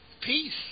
peace